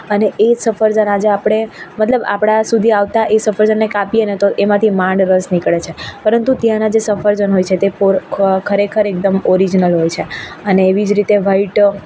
અને એ સફરજન આજે આપણે મતલબ આપણા સુધી આવતા એ સફરજનને કાપીએને તો એમાંથી માંડ રસ નીકળે છે પરંતુ ત્યાના જે સફરજન હોય છે તે પૂર ખો ખરેખર એકદમ ઓરીજનલ હોય છે અને એવી જ રીતે વાઈટ